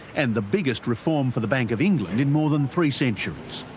and the biggest reform for the bank of england in more than three centuries.